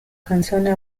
canzone